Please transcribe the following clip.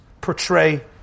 portray